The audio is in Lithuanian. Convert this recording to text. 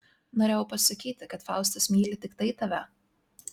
norėjau pasakyti kad faustas myli tiktai tave